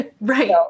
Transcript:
Right